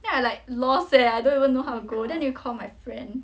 then I like lost leh I don't even know how to go then need call my friend